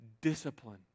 discipline